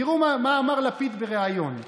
תראו מה אמר לפיד בריאיון: